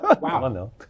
Wow